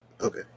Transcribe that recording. Okay